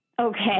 Okay